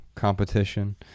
Competition